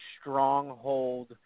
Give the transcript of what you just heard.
stronghold